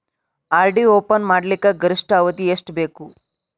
RD open ಮಾಡಲಿಕ್ಕ ಗರಿಷ್ಠ ಅವಧಿ ಎಷ್ಟ ಬೇಕು?